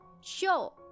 Sure